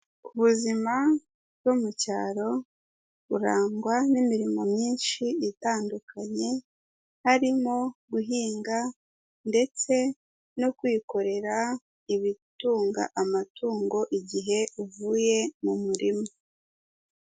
Ubuzima bwo mu cyaro burangwa n'imirimo myinshi itandukanye, harimo guhinga ndetse no kwikorera ibitunga amatungo igihe uvuye mu murima.